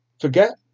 Forget